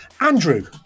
Andrew